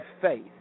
Faith